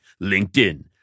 LinkedIn